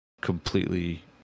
completely